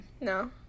No